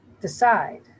Decide